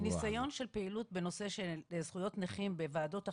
מניסיון של פעילות בנושא של זכויות נכים בוועדות אחרות,